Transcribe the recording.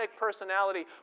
personality